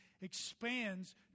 expands